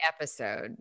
episode